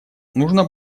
нужно